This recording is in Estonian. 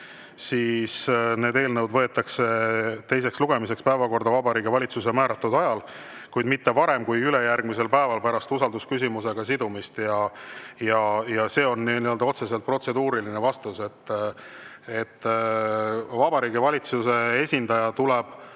siis need eelnõud võetakse teiseks lugemiseks päevakorda Vabariigi Valitsuse määratud ajal, kuid mitte varem kui ülejärgmisel päeval pärast usaldusküsimusega sidumist. See on otseselt protseduuriline vastus. Vabariigi Valitsuse esindaja tuleb